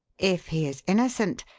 if he is innocent,